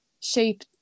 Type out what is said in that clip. shape